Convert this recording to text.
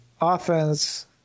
offense